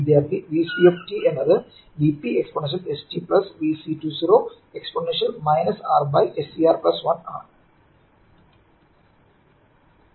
വിദ്യാർത്ഥി Vc എന്നത് Vp exponential s t Vc20 exponential R C S C R 1 ആണ്